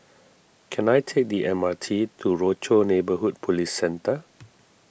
can I take the M R T to Rochor Neighborhood Police Centre